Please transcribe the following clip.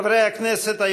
חברי הכנסת,